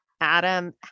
adam